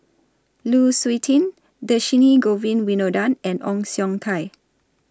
Lu Suitin Dhershini Govin Winodan and Ong Siong Kai